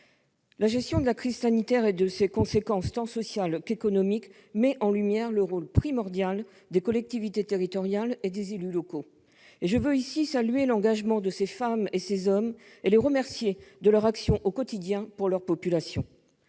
la gestion de la crise sanitaire et de ses conséquences, tant sociales qu'économiques, met en lumière le rôle primordial des collectivités territoriales et des élus locaux. Je salue l'engagement de ces femmes et ces hommes et les remercie de l'action menée au quotidien au service de leur population.